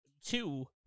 Two